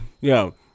Yo